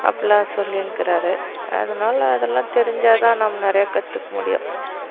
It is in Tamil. அப்புடிலாம் சொல்லின்னுக்குறார் அதனால அதெல்லாம் தெரிஞ்சால்தான் நம்ம நிறையா கற்றுக்க முடியும்